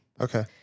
Okay